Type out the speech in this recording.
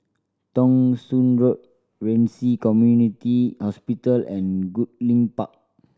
Thong Soon Road Ren Ci Community Hospital and Goodlink Park